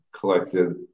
collected